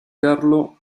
carlo